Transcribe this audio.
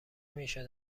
میشد